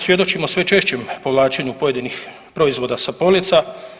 Svjedočimo sve češćem povlačenju pojedinih proizvoda sa polica.